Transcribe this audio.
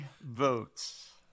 votes